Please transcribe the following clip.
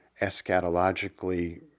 eschatologically